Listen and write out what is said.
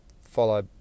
follow